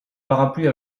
parapluie